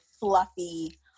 fluffy